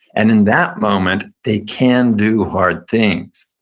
and in that moment, they can do hard things.